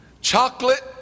Chocolate